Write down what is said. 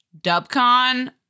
Dubcon